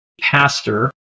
pastor